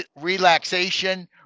relaxation